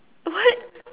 what